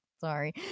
sorry